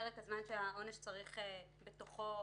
שבתוכו העונש צריך להתחיל.